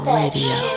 radio